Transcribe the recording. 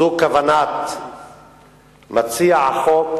זו כוונת מציע החוק